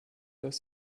dass